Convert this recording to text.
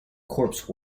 corpse